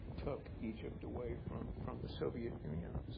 took egypt away from from the soviet union.